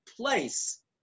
place